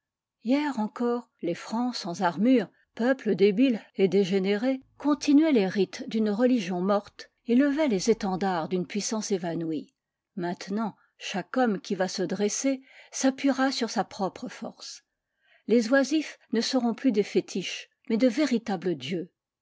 hier encore les francs sans armures peuple débile et dégénéré continuaient les rites d'une religion morte et levaient les étendards d'une puissance évanouie maintenant chaque homme qui va se dresser s'appuiera sur sa propre force les oisifs ne seront plus des fétiches mais de véritables dieux